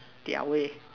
their way